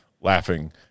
laughing